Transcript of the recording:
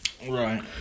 right